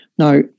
Now